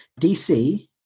DC